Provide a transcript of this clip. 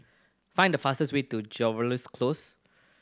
find the fastest way to Jervois Close